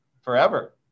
forever